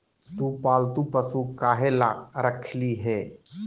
तु पालतू पशु काहे ला रखिली हें